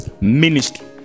ministry